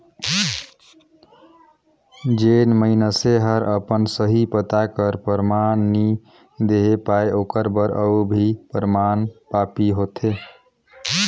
जेन मइनसे हर अपन सही पता कर परमान नी देहे पाए ओकर बर अउ भी परमान पाती होथे